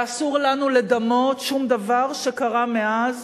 ואסור לנו לדמות שום דבר שקרה מאז,